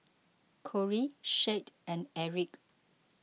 Cory Shad and Erik